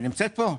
היא נמצאת פה?